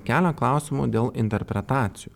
kelia klausimų dėl interpretacijų